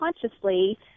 consciously